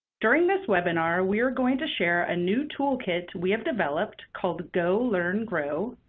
during this webinar, we're going to share a new toolkit we have developed called go learn grow,